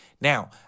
Now